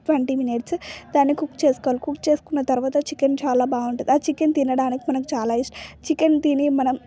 twenty minutes దాన్ని cook చేసుకోవాలి cook చేసుకున్న తర్వాత చికెన్ చాలా బాగుంటుంది చికెన్ తినడానికి మనకు చాలా ఇష్టం చికెన్ తిని మనం